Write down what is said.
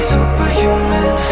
Superhuman